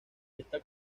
está